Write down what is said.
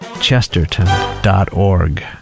Chesterton.org